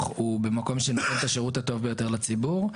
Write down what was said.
הוא במקום של נותן את השירות הטוב ביותר לציבור.